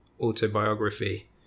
autobiography